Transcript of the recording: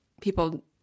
people